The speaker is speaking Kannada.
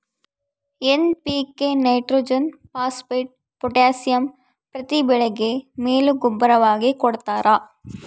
ಏನ್.ಪಿ.ಕೆ ನೈಟ್ರೋಜೆನ್ ಫಾಸ್ಪೇಟ್ ಪೊಟಾಸಿಯಂ ಪ್ರತಿ ಬೆಳೆಗೆ ಮೇಲು ಗೂಬ್ಬರವಾಗಿ ಕೊಡ್ತಾರ